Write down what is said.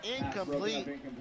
Incomplete